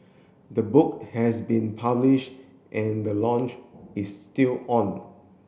the book has been publish and the launch is still on